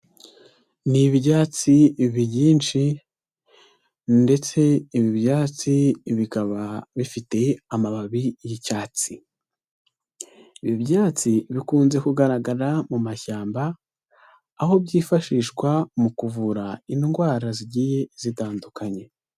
Ni ibyatsi byinshi ndetse ibi byatsi bikaba bifite amababi y'icyatsi, ibi byatsi bikunze kugaragara mu mashyamba, aho byifashishwa mu kuvura indwara zigiye zitandukanye.